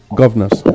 governors